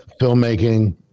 filmmaking